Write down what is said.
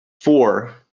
four